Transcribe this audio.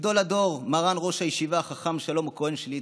מגדול הדור, מרן ראש הישיבה חכם שלום כהן שליט"א,